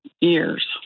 years